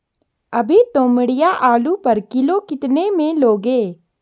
अभी तोमड़िया आलू पर किलो कितने में लोगे?